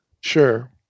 Sure